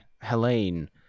Helene